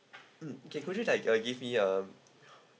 mm okay could you like uh give me uh